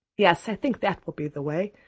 yes, i think that will be the way.